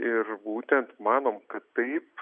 ir būtent manom kad taip